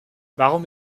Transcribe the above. warum